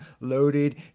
loaded